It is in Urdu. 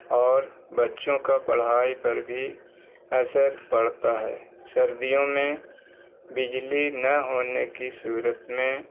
اور بچوں کا پڑھائی پر بھی اثر پڑتا ہے سردیوں میں بجلی نہ ہونے کی صورت میں